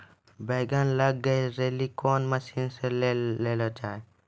बैंगन लग गई रैली कौन मसीन ले लो जाए?